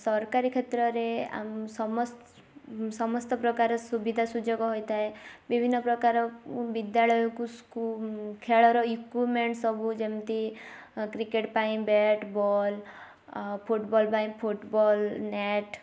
ସରକାରୀ କ୍ଷେତ୍ରରେ ସମସ୍ତ ପ୍ରକାରର ସୁବିଧା ସୁଯୋଗ ହୋଇଥାଏ ବିଭିନ୍ନ ପ୍ରକାର ବିଦ୍ୟାଳୟକୁ ଖେଳର ଇକ୍ୟୁପମେଣ୍ଟ୍ ସବୁ ଯେମିତି କ୍ରିକେଟ୍ ପାଇଁ ବ୍ୟାଟ୍ ବଲ୍ ଆଉ ଫୁଟବଲ୍ ପାଇଁ ଫୁଟବଲ୍ ନେଟ୍